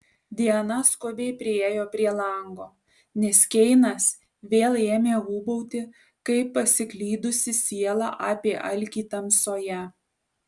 diana skubiai priėjo prie lango nes keinas vėl ėmė ūbauti kaip pasiklydusi siela apie alkį tamsoje